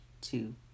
two